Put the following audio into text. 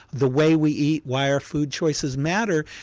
the way we eat why our food choices matter,